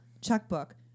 checkbook